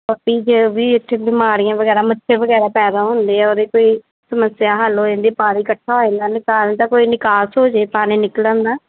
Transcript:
ਜੇ ਵੀ ਇੱਥੇ ਬਿਮਾਰੀਆਂ ਵਗੈਰਾ ਮੱਛਰ ਵਗੈਰਾ ਪੈਦਾ ਹੁੰਦੇ ਆ ਉਹਦੇ ਤੋਂ ਹੀ ਸਮੱਸਿਆ ਹੱਲ ਹੋ ਜਾਂਦੀ ਪਾਣੀ ਇਕੱਠਾ ਹੋ ਜਾਂਦਾ ਪਾਣੀ ਦਾ ਕੋਈ ਨਿਕਾਸ ਹੋ ਜੇ ਪਾਣੀ ਨਿਕਲਣ ਦਾ